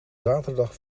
zaterdag